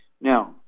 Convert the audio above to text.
Now